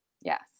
Yes